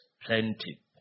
plenty